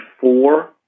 four